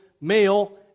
male